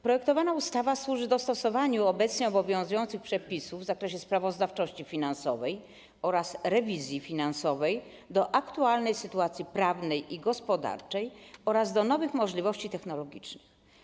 Projektowana ustawa służy dostosowaniu obecnie obowiązujących przepisów w zakresie sprawozdawczości finansowej oraz rewizji finansowej do aktualnej sytuacji prawnej i gospodarczej oraz do nowych możliwości technologicznych.